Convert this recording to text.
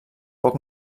poc